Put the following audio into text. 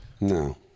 No